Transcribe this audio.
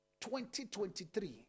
2023